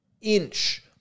inch